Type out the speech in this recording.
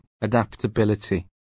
adaptability